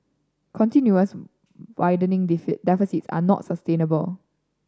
continuous widening deficits are not sustainable